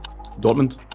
Dortmund